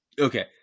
Okay